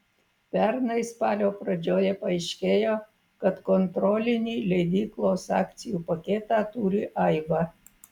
pernai spalio pradžioje paaiškėjo kad kontrolinį leidyklos akcijų paketą turi aiva